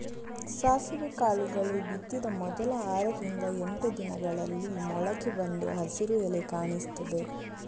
ಸಾಸಿವೆ ಕಾಳುಗಳು ಬಿತ್ತಿದ ಮೊದಲ ಆರರಿಂದ ಎಂಟು ದಿನಗಳಲ್ಲಿ ಮೊಳಕೆ ಬಂದು ಹಸಿರು ಎಲೆ ಕಾಣಿಸ್ತದೆ